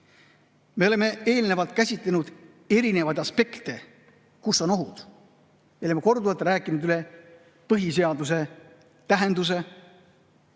Me oleme eelnevalt käsitlenud erinevaid aspekte, kus on ohud. Me oleme korduvalt rääkinud üle põhiseaduse tähenduse,